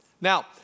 Now